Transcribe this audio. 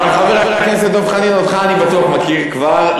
אבל, חבר הכנסת דב חנין, אותך אני בטוח מכיר כבר.